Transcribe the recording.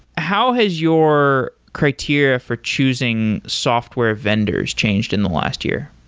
how has your criteria for choosing software vendors changed in the last year?